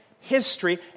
history